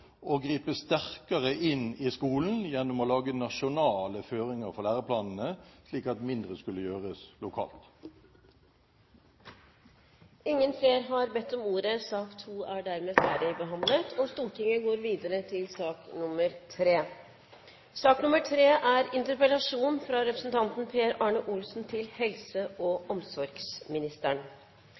og forskningskomiteen, foreslo der å gripe sterkere inn i skolen gjennom å lage nasjonale føringer for læreplanene, slik at mindre skulle gjøres lokalt. Flere har ikke bedt om ordet til sak nr. 2. Behovet for mer personell i helse- og